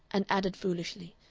and added foolishly,